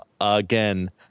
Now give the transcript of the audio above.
again